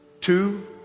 Two